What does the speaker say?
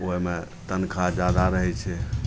ओहिमे तनखाह जादा रहै छै